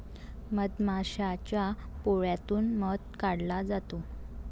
मधमाशाच्या पोळ्यातून मध काढला जातो